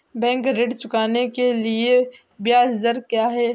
Bank ऋण चुकाने के लिए ब्याज दर क्या है?